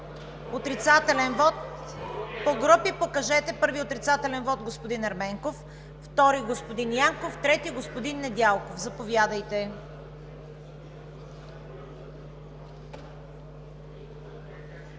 Отрицателен вот по групи. Първи отрицателен вот – господин Ерменков, втори – господин Янков, трети – господин Недялков. Заповядайте.